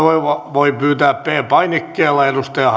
voi pyytää p painikkeella